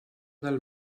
del